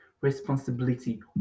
responsibility